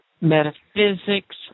metaphysics